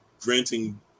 granting